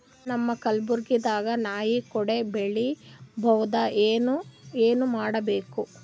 ನಮ್ಮ ಕಲಬುರ್ಗಿ ದಾಗ ನಾಯಿ ಕೊಡೆ ಬೆಳಿ ಬಹುದಾ, ಏನ ಏನ್ ಮಾಡಬೇಕು?